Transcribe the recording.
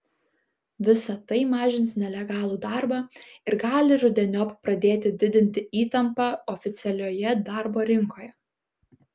visa tai mažins nelegalų darbą ir gali rudeniop pradėti didinti įtampą oficialioje darbo rinkoje